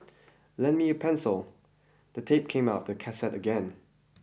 lend me a pencil the tape came out of the cassette again